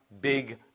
big